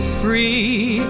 free